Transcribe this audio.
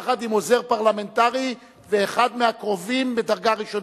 יחד עם עוזר פרלמנטרי ואחד מהקרובים בדרגה ראשונה,